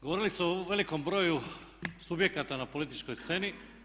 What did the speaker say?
Govorili ste o velikom broju subjekata na političkoj sceni.